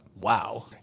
Wow